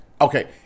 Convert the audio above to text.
okay